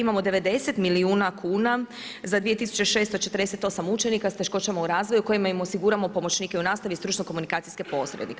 Imamo 90 milijuna kuna za 2648 učenika s teškoćama u razvoju kojima im osiguramo pomoćnike u nastavi stručno-komunikacijske posrednike.